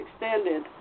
extended